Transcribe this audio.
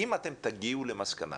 אם אתם תגיעו למסקנה